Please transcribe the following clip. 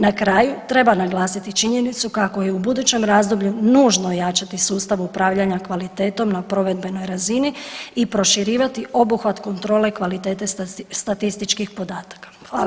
Na kraju treba naglasiti činjenicu kako je u budućem razdoblju nužno jačati sustav upravljanja kvalitetom na provedbenoj razini i proširivati obuhvat kontrole kvalitete statističkih podataka.